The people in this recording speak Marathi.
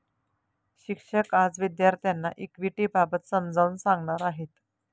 शिक्षक आज विद्यार्थ्यांना इक्विटिबाबत समजावून सांगणार आहेत